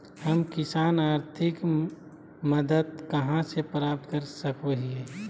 हम किसान आर्थिक मदत कहा से प्राप्त कर सको हियय?